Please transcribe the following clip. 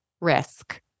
risk